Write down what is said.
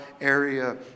area